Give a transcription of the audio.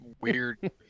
weird